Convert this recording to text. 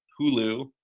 Hulu